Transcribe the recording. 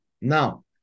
Now